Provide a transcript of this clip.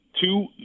two